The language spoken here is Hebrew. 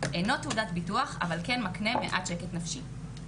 אינו תעודת ביטוח אבל כן מקנה מעט שקט נפשי.